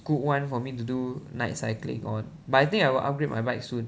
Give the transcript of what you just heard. good one for me to do night cycling on but I think I will upgrade my bike soon